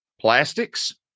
plastics